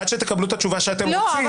עד שתקבלו את התשובה שאתם רוצים,